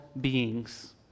beings